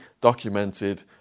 documented